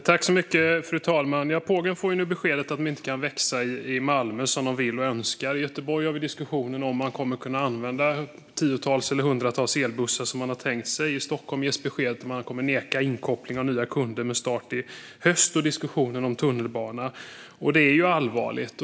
Fru talman! Pågen får nu beskedet att företaget inte kan växa i Malmö som det vill och önskar. I Göteborg finns en diskussion om man kommer att kunna använda tiotals eller hundratals elbussar som man har tänkt sig. I Stockholm ges besked att man kommer att neka inkoppling av nya kunder med start i höst. Och det finns en diskussion om tunnelbanan. Det här är allvarligt.